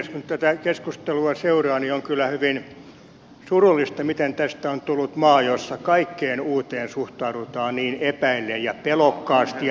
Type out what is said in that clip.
kun tätä keskustelua seuraa niin on kyllä hyvin surullista miten tästä on tullut maa jossa kaikkeen uuteen suhtaudutaan niin epäillen ja pelokkaasti ja epäluuloisesti